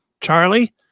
Charlie